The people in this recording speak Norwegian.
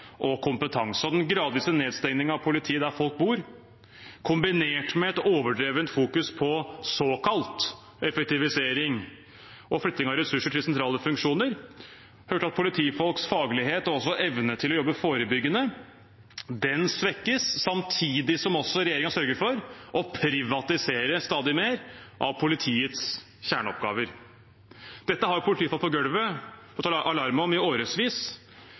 og kompetanse på. Den gradvise nedstengningen av politiet der folk bor, kombinert med et overdrevent fokus på såkalt effektivisering og flytting av ressurser til sentrale funksjoner, fører til at politifolks faglighet og også evne til å jobbe forebyggende svekkes, samtidig som regjeringen også sørger for å privatisere stadig mer av politiets kjerneoppgaver. Dette har politifolk på gulvet slått alarm om i